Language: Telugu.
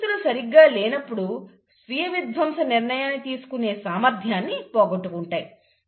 పరిస్థితులు సరిగ్గా లేనప్పుడు స్వీయవిధ్వంస నిర్ణయాన్ని తీసుకొనే సామర్థ్యాన్ని పోగొట్టుకుంటాయి